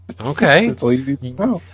Okay